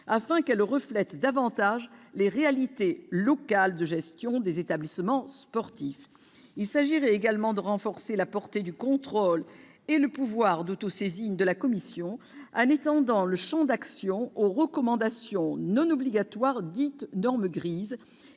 afin qu'elle reflète davantage les réalités locales de gestion des établissements sportifs. Il s'agirait également de renforcer la portée du contrôle et le pouvoir d'autosaisine de la Commission en étendant son champ d'action aux recommandations non obligatoires, dites « normes grises »,